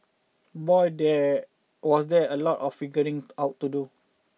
boy there was there a lot of figuring out to do